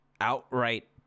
outright